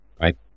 right